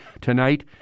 Tonight